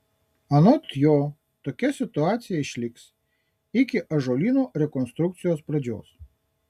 anot jo tokia situacija išliks iki ąžuolyno rekonstrukcijos pradžios